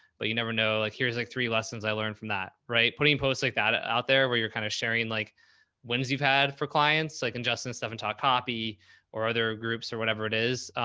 but you never know, like, here's like three lessons i learned from that. right. putting posts like that ah out there where you're kind of sharing like wins you've had for clients like in justin and stefan talk copy or other groups or whatever it is,